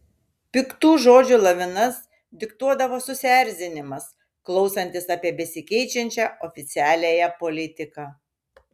piktų žodžių lavinas diktuodavo susierzinimas klausantis apie besikeičiančią oficialiąją politiką